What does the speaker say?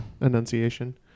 enunciation